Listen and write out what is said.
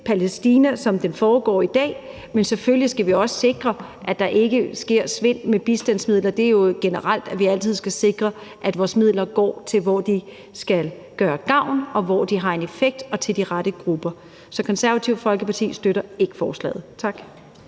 Palæstina, som den foregår i dag, men selvfølgelig skal vi også sikre, at der ikke sker svindel med bistandsmidler. Det er jo generelt, at vi altid skal sikre, at vores midler går til der, hvor de skal gøre gavn, og hvor de har en effekt, og til de rette grupper. Så Det Konservative Folkeparti støtter ikke forslaget. Tak.